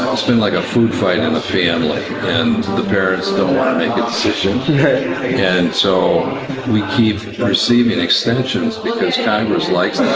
it's been like a food fight in and the family and the parents don't wanna make a decision and so we keep receiving and extensions because congress likes